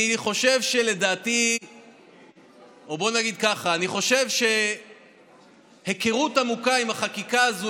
אני חושב שהיכרות עמוקה עם החקיקה הזאת